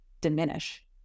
diminish